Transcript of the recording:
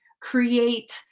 create